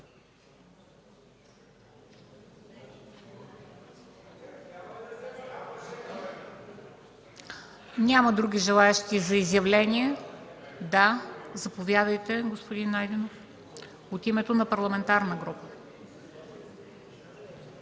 ли други желаещи за изявление? Заповядайте, господин Найденов – от името на парламентарна група.